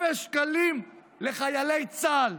אפס שקלים לחיילי צה"ל.